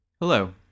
Hello